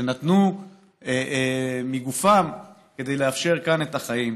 שנתנו מגופם כדי לאפשר כאן את החיים,